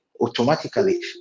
automatically